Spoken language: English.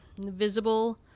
visible